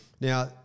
Now